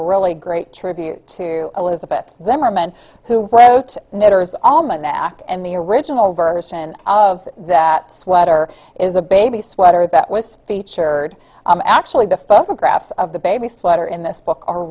really great tribute to elizabeth zimmerman who wrote knitters allman the act and the original version of that sweater is a baby sweater that was featured actually the photographs of the baby sweater in this book are